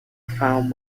found